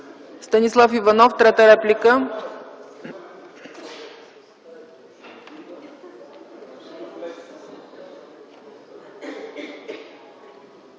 Станислав Иванов – трета реплика.